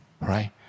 right